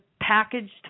packaged